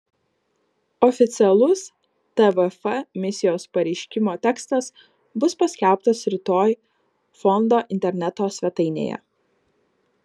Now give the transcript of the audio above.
oficialus tvf misijos pareiškimo tekstas bus paskelbtas rytoj fondo interneto svetainėje